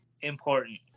important